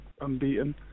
unbeaten